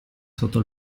sotto